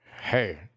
hey